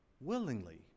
willingly